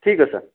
ଠିକ ଅଛି ସାର୍